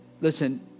listen